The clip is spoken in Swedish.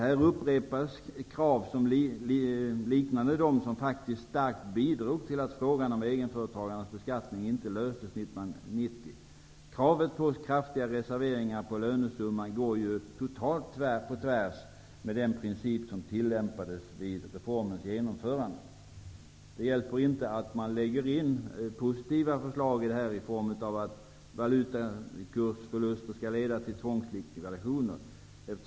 Här upprepas krav som liknar dem som starkt bidrog till att frågan om egenföretagarnas beskattning inte löstes 1990. Kravet på kraftiga reserveringar på lönesumman går ju totalt på tvärs med den princip som tillämpades vid reformens genomförande. Det hjälper inte att man lägger in positiva förslag som innebär att valutakursförluster skall leda till tvångslikvidationer.